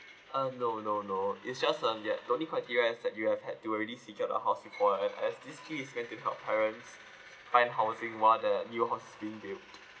um no no no it's just um yup the only criteria is that you have had to already secured a house before your as this scheme is meant to help parents find housing while their new house is being built